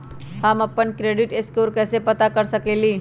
हम अपन credit score कैसे पता कर सकेली?